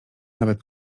nawet